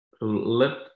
Let